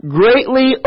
greatly